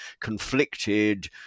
conflicted